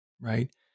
right